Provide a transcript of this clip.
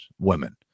women